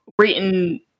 written